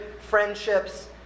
friendships